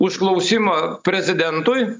užklausimą prezidentui